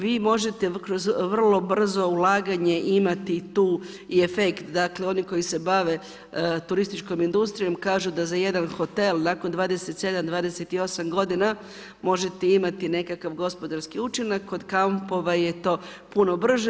Vi možete kroz vrlo brzo ulaganje imati tu i efekt, dakle oni koji se bave turističkom industrijom, kažu da za jedan hotel nakon 27, 28 godina možete imati nekakav gospodarski učinak, kod kampova je to puno brže.